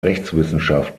rechtswissenschaft